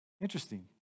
Interesting